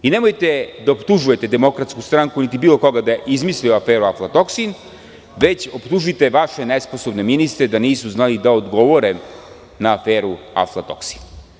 Nemojte da optužujete DS niti bilo koga da je izmislio aferu aflatoksin, već optužite vaše nesposobne ministre da nisu znali da odgovore na aferu avlatoksin.